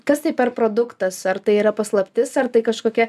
kas tai per produktas ar tai yra paslaptis ar tai kažkokia